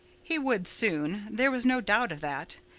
he would soon there was no doubt of that.